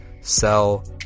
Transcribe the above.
sell